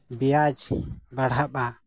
ᱵᱮᱭᱟᱡᱽ ᱵᱟᱲᱦᱟᱜᱼᱟ